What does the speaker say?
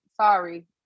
sorry